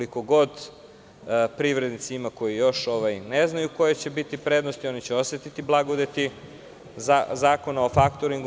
Ima privrednika koji još ne znaju koje će biti prednosti, oni će osetiti blagodeti zakona o faktoringu.